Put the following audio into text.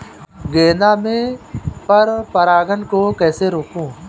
गेंदा में पर परागन को कैसे रोकुं?